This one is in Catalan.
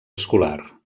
escolar